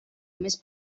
més